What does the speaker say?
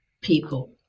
people